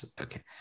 Okay